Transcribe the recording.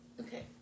okay